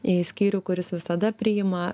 į skyrių kuris visada priima